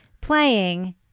playing